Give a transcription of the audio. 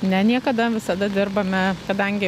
ne niekada visada dirbame kadangi